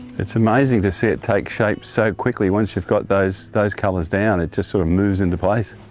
it's amazing to see it take shape so quickly once you've got those, those colours down. it just sort of moves into place.